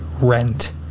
rent